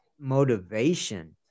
motivation